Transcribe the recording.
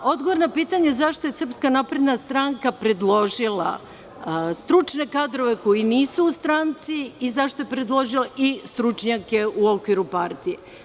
Odgovor na pitanje – zašto je SNS predložila stručne kadrove koji nisu u stranci i zašto je predložila stručnjake u okviru partije?